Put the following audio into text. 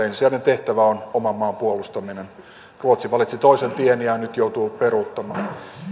ensisijainen tehtävä on oman maan puolustaminen ruotsi valitsi toisen tien ja nyt joutuu peruuttamaan